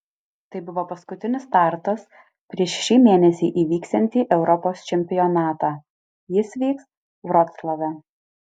tai buvo paskutinis startas prieš šį mėnesį įvyksiantį europos čempionatą jis vyks vroclave